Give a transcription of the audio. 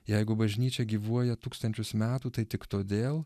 jeigu bažnyčia gyvuoja tūkstančius metų tai tik todėl